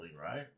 right